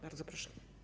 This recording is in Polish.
Bardzo proszę.